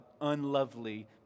unlovely